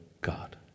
God